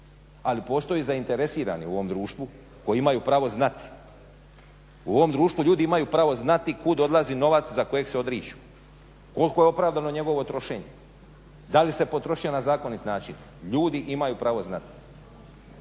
Ali postoji zainteresirani u ovom društvu koji imaju pravo znati, u ovom društvu ljudi imaju pravo znati kud odlazi novac za kojeg se odriču, koliko je opravdano njegovo trošenje, da li se potrošnja na zakonit način. Ljudi imaju pravo znati.